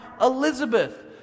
Elizabeth